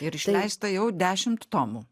ir išleista jau dešimt tomų